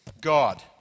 God